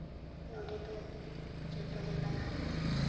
ᱱᱚᱰᱮ ᱫᱚ ᱡᱚᱛᱚ ᱞᱮᱠᱟᱱᱟᱜ